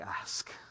ask